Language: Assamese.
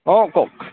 অঁ কওক